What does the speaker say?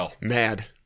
Mad